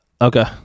okay